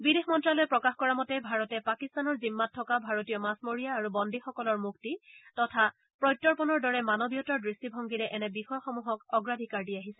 বিদেশ মন্ত্যালয়ে প্ৰকাশ কৰা মতে ভাৰতে পাকিস্তানৰ জিম্মাত থকা ভাৰতীয় মাছমৰীয়া আৰু বন্দীসকলৰ মুক্তি তথা প্ৰত্যৰ্পণৰ দৰে মানৱীয়তাৰ দৃষ্টিভংগীৰে এনে বিষয়সমূহক অগ্ৰাধিকাৰ দি আহিছে